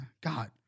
God